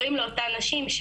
אומרים לאותן נשים,